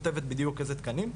כותבת בדיוק איזה תקנים,